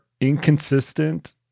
inconsistent